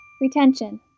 Retention